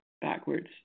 backwards